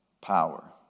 power